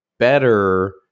better